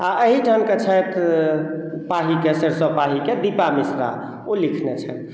आ अहिठाम के छथि पाही के सरिसो पाही के दीपा मिश्रा ओ लिखने छथि